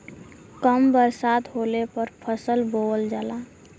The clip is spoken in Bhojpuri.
कम बरसात होले पर फसल बोअल जाला